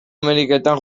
ameriketan